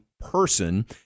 person